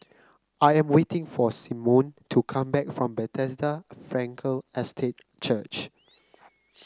I am waiting for Symone to come back from Bethesda Frankel Estate Church